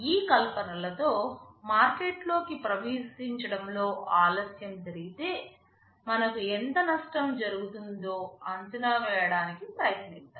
ఈ కల్పనలతో మార్కెట్లోకి ప్రవేశించడంలో ఆలస్యం జరిగితే మనకు ఎంత నష్టం జరుగుతుందో అంచనా వేయడానికి ప్రయత్నిద్దాం